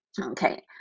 Okay